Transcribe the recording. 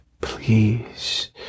please